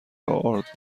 ارد